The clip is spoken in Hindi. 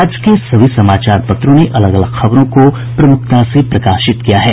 आज के सभी समाचार पत्रों ने अलग अलग खबरों को प्रमुखता से प्रकाशित किया है